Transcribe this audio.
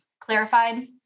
clarified